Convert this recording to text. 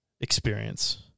Experience